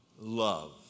love